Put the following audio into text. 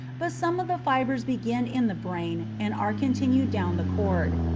but some of the fibres begin in the brain and are continued down the cord,